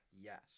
Yes